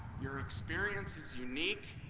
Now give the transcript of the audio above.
your experience is unique